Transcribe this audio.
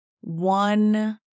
one